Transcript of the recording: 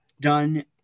done